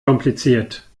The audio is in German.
kompliziert